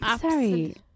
Sorry